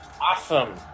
Awesome